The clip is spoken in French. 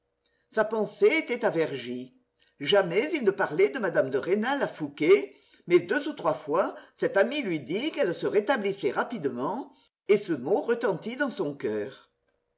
sa pensée était à vergy jamais il ne parlait de mme de rênal à fouqué mais deux ou trois fois cet ami lui dit qu'elle se rétablissait rapidement et ce mot retentit dans son coeur